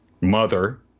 Mother